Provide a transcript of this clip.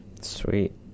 Sweet